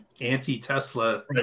anti-tesla